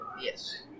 Yes